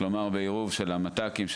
כלומר בעירוב של המת"קים,